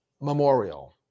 memorial